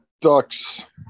Ducks